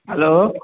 hello